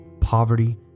Poverty